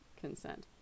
consent